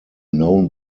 known